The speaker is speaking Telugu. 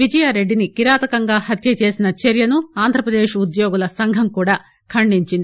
విజయారెడ్డిని కిరాతకంగా హత్య చేసిన చర్యను ఆంధ్రప్రదేశ్ ఉద్యోగుల సంఘం కూడా ఖండించింది